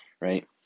Right